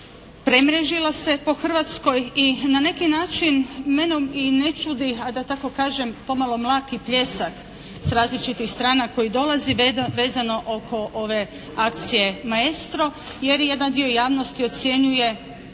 premrežila se po Hrvatskoj i na neki način mene i ne čudi, a da tako i kažem pomalo mlaki pijesak sa različitih strana koji dolazi vezano oko ove akcije "Maestro", jer jedan dio javnosti ocjenjuje